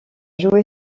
joué